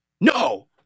no